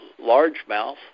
largemouth